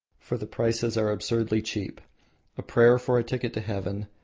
for the prices are absurdly cheap a prayer for a ticket to heaven,